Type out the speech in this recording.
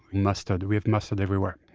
mustard. we have mustard everywhere.